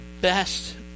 best